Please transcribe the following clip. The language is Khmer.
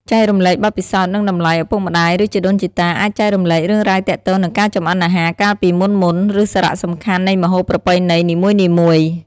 ចែករំលែកបទពិសោធន៍ និងតម្លៃ ឪពុកម្ដាយ ឬជីដូនជីតា អាចចែករំលែករឿងរ៉ាវទាក់ទងនឹងការចម្អិនអាហារកាលពីមុនៗ ឬសារៈសំខាន់នៃម្ហូបប្រពៃណីនីមួយៗ ។